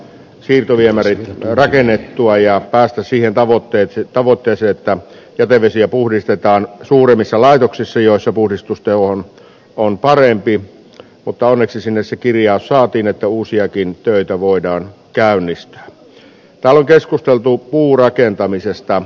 siirtoviemäri on rakennettua ja päästä siihen tavoitteiksi tavoteiset jätevesiä puhdistetaan suurimmissa laitoksissa joissa uudistustyö on on parempi mutta miksi sinänsä kirja saatiin että uusiakin töitä voidaan käynnistää talon keskusteltu puurakentamisesta